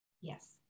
Yes